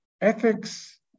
ethics